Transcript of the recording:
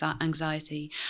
anxiety